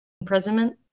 imprisonment